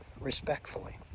respectfully